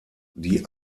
die